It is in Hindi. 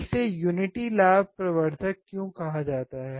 इसे युनिटी लाभ प्रवर्धक क्यों कहा जाता है